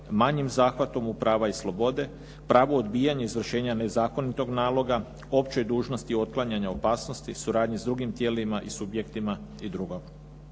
manjim zahvatom u prava i slobode, pravo odbijanja izvršenja nezakonitog naloga, općoj dužnosti otklanjanja opasnosti, suradnje s drugih tijelima, subjektima i drugo.